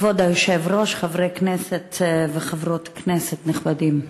כבוד היושב-ראש, חברי כנסת וחברות כנסת נכבדים,